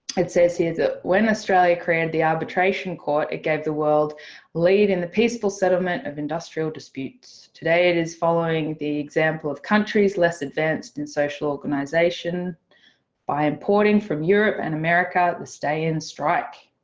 it says here that when australia created the arbitration court, it gave the world lead in the peaceful settlement of industrial disputes. today, it is following the example of countries less advanced in social organization by importing from europe and america the stay in strike.